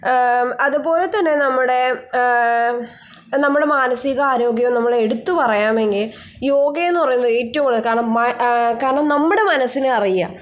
അതുപോലെത്തന്നെ നമ്മുടെ ഇപ്പം നമ്മുടെ മാനസികാരോഗ്യം നമ്മൾ എടുത്ത് പറയാമെങ്കിൽ യോഗ എന്ന് പറയുന്നത് ഏറ്റവും കൂടുതൽ കാരണം കാരണം നമ്മുടെ മനസ്സിനെ അറിയുക